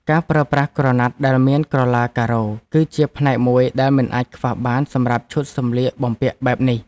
ការប្រើប្រាស់ក្រណាត់ដែលមានក្រឡាការ៉ូ គឺជាផ្នែកមួយដែលមិនអាចខ្វះបានសម្រាប់ឈុតសម្លៀកបំពាក់បែបនេះ។